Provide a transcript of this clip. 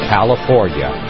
California